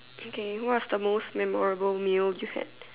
it's okay what is the most memorable meal you had